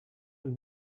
and